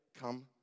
come